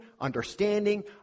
understanding